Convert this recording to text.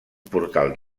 portal